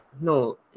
no